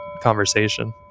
conversation